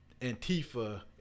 Antifa